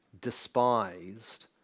despised